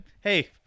hey